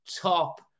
top